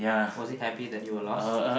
was it happy that you were lost